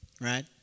right